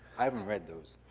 i haven't read those.